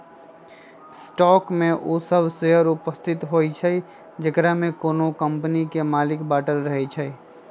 stock में उ सभ शेयर उपस्थित होइ छइ जेकरामे कोनो कम्पनी के मालिक बाटल रहै छइ